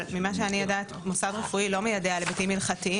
אבל ממה שאני יודעת מוסד רפואי לא מיידע על היבטים הלכתיים.